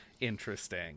interesting